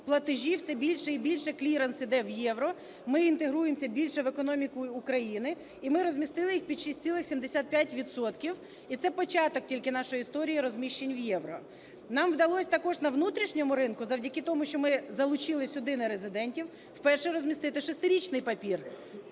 платежі все більше і більше кліренс йде в євро, ми інтегруємося більше в економіку України, і ми розмістили їх під 6,75 відсотка. І це початок тільки нашої історії розміщень у євро. Нам вдалось також на внутрішньому ринку завдяки тому, що ми залучили сюди нерезидентів, вперше розмістити шестирічний папір,